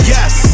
Yes